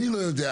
אני לא יודע.